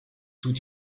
tout